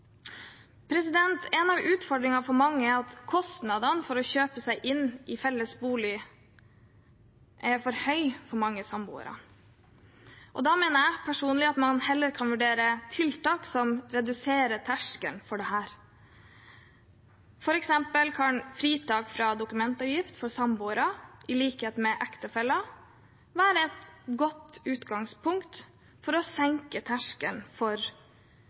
En av utfordringene for mange er at kostnadene for å kjøpe seg inn i felles bolig er for høye for mange samboere. Da mener jeg personlig at man heller kan vurdere tiltak som reduserer terskelen for dette. For eksempel kan fritak fra dokumentavgift for samboere, i likhet med for ektefeller, være et godt utgangspunkt for å senke terskelen for